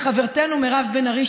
לחברתנו מירב בן ארי,